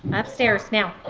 upstairs now